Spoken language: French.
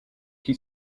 qui